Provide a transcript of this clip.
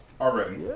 already